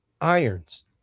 irons